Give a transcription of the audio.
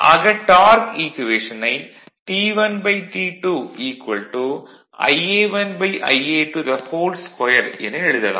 ஆக டார்க் ஈக்குவேஷனை T1 T2 Ia1 Ia22 என எழுதலாம்